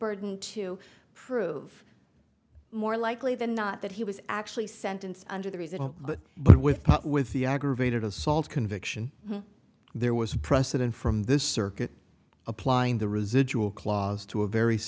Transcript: burden to prove more likely than not that he was actually sentenced under the reason but with with the aggravated assault conviction there was a precedent from this circuit applying the residual clause to a very